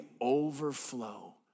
overflow